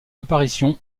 apparition